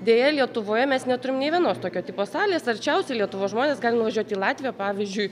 deja lietuvoje mes neturim nei vienos tokio tipo salės arčiausiai lietuvos žmonės gali nuvažiuot į latviją pavyzdžiui